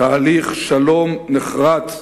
תהליך שלום נחרץ,